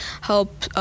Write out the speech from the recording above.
help